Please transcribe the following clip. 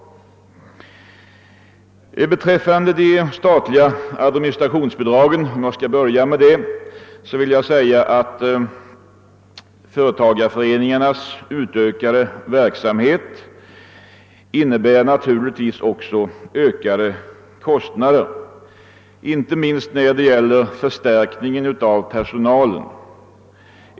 Vad det statliga administrationsbidraget beträffar vill jag påpeka att företagareföreningarnas utökade verksamhet ju innebär ökade kostnader, inte minst för förstärkning av personalen.